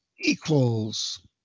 equals